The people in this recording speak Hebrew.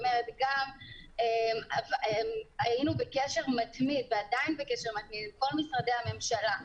גם היינו בקשר מתמיד ועדיין אנחנו בקשר מתמיד עם כל משרדי הממשלה,